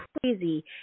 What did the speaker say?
crazy